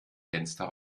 fenster